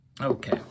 Okay